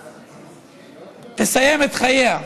כשהגברת תסיים את חייה.